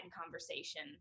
conversation